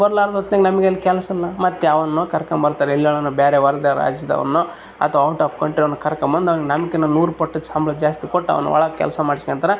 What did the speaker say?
ಬರಲಾರ್ದ ಹೊತ್ನಾಗ ನಮ್ಗೆ ಇಲ್ಲಿ ಕೆಲ್ಸ ಇಲ್ಲ ಮತ್ತು ಯಾವನ್ನೋ ಕರ್ಕೊಂಡ್ ಬರ್ತಾರೆ ಎಲ್ಲಿಯೋನೋ ಯಾರನ್ನೋ ಬೇರೆ ಹೊರ ರಾಜ್ಯದವ್ನೋ ಅಥ್ವ ಔಟ್ ಆಫ್ ಕಂಟ್ರಿ ಅವ್ನೋ ಕರ್ಕೊಂಡ್ ಬಂದು ನಮಗಿನ್ನ ನೂರು ಪಟ್ಟು ಸಂಬಳ ಜಾಸ್ತಿ ಕೊಟ್ಟು ಅವನ ಒಳಗೆ ಕೆಲಸ ಮಾಡಿಸ್ಕೊಂತಾರ